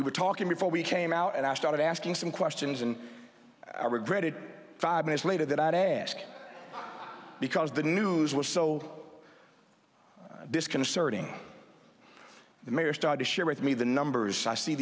were talking before we came out and i started asking some questions and i regretted five minutes later that i'd ask because the news was so disconcerting the mayor started to share with me the numbers i see